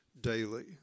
daily